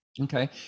Okay